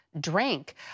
drink